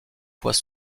fois